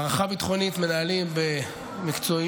מערכה ביטחונית מנהלים במקצועיות,